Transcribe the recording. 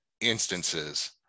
instances